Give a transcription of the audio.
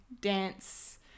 dance